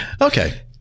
Okay